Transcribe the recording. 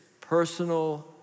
personal